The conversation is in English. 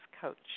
coach